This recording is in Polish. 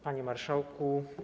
Panie Marszałku!